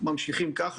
ממשיכים ככה.